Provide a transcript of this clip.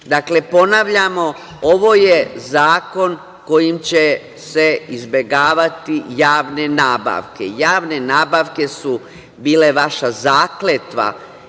ponavljamo, ovo je zakon kojim će se izbegavati javne nabavke. Javne nabavke su bile vaša zakletva